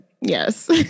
yes